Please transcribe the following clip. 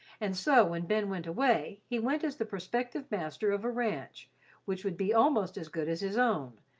and so when ben went away, he went as the prospective master of a ranch which would be almost as good as his own,